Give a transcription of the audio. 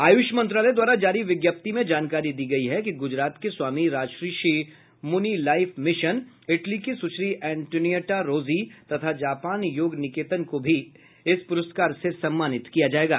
आयुष मंत्रालय द्वारा जारी विज्ञप्ति में जानकारी दी गयी है कि गुजरात के Swami Rajarshi Muni life mission Italy की सुश्री एंटोनिएटा रोजी तथा जापान योग निकेतन को भी इस पुरस्कार से सम्मानित किया जायेगा